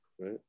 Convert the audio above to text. Right